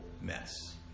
mess